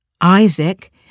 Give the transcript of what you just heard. Isaac